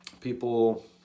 People